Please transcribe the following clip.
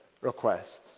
requests